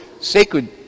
sacred